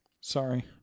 Sorry